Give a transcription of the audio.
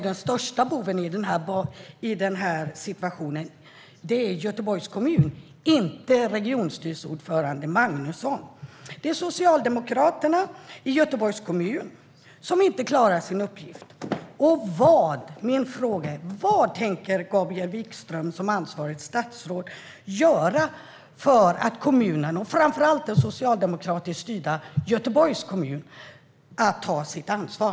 Den största boven i den här situationen är Göteborgs kommun, inte regionstyrelseordförande Magnusson. Det är Socialdemokraterna i Göteborgs kommun som inte klarar sin uppgift. Vad tänker Gabriel Wikström som ansvarigt statsråd göra för att kommunerna, och framför allt socialdemokratiskt styrda Göteborgs kommun, ska ta sitt ansvar?